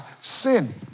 sin